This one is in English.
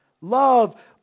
Love